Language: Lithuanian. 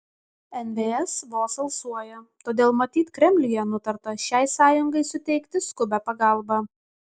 nvs vos alsuoja todėl matyt kremliuje nutarta šiai sąjungai suteikti skubią pagalbą